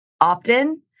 opt-in